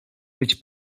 być